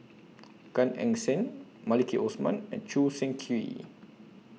Gan Eng Seng Maliki Osman and Choo Seng Quee